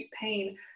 pain